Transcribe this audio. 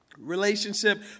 Relationship